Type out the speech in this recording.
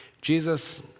Jesus